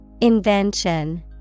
Invention